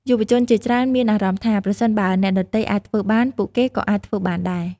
យុវជនជាច្រើនមានអារម្មណ៍ថា ប្រសិនបើអ្នកដទៃអាចធ្វើបាន ពួកគេក៏អាចធ្វើបានដែរ។